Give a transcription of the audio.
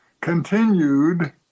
continued